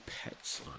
pets